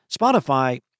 Spotify